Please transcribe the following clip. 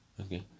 Okay